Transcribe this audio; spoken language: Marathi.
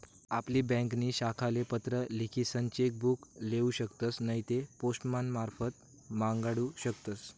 आपली ब्यांकनी शाखाले पत्र लिखीसन चेक बुक लेऊ शकतस नैते पोस्टमारफत मांगाडू शकतस